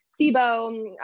SIBO